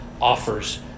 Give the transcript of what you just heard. offers